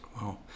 Wow